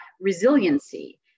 resiliency